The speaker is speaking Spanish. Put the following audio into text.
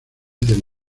del